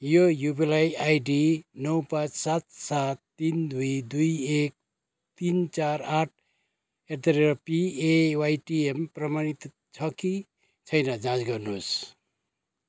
यो UPI ID नौ पाँच सात सात तिन दुई दुई एक तिन चार आठ एट द रेट पिएवाइटिएम प्रमाणित छ कि छैन जाँच गर्नुहोस्